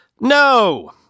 no